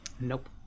nope